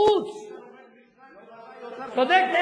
צריך לדעת